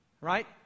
Right